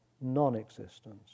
non-existence